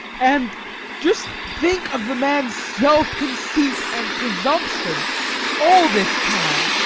and just think of the man's self-conceit and presumption all this time!